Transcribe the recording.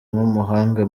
nk’umuhanga